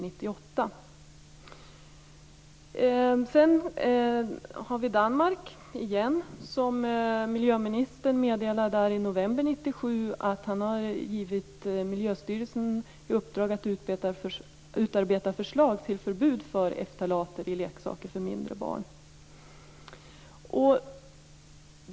1997 att han hade givit miljöstyrelsen i uppdrag att utarbeta förslag till förbud mot ftalater i leksaker för mindre barn.